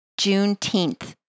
Juneteenth